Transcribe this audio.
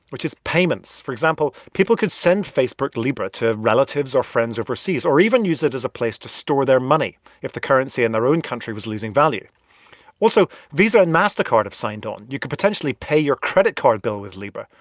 which is payments. for example, people could send facebook libra to relatives or friends overseas, or even use it as a place to store their money if the currency in their own country was losing value also, visa and mastercard have signed on. you could potentially pay your credit card bill with libra,